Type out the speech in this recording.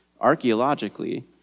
Archaeologically